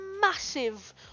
massive